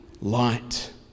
light